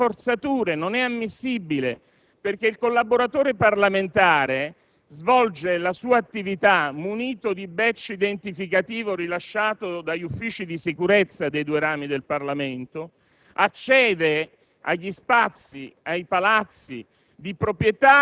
Lo stesso INPS ha posto la questione; sono delle forzature, non è ammissibile. Il collaboratore parlamentare, infatti, svolge la sua attività munito di *badge* identificativo rilasciato dagli Uffici di questura dei due rami del Parlamento; accede